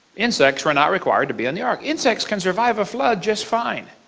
insects were not required to be on the ark. insects can survive a flood just fine.